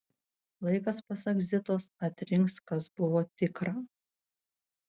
laikas pasak zitos atrinks kas buvo tikra